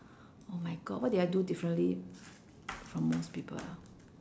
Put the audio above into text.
oh my god what did I do differently from most people ah